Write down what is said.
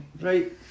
Right